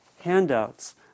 handouts